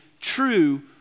true